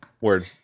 Word